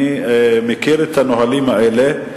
אני מכיר את הנהלים האלה.